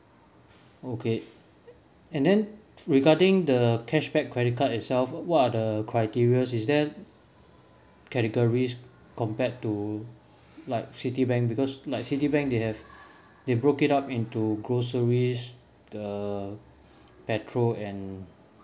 okay and then regarding the cashback credit card itself what are the criterias is there categories compared to like citibank because like citibank they have they broke it up into groceries uh petrol and